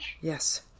Yes